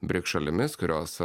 brik šalimis kurios